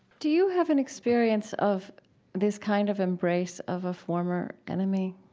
do you have an experience of this kind of embrace of a former enemy?